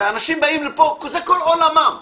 אנשים באים לפה, זה כל עולמם.